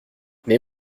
mais